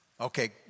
Okay